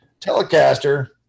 Telecaster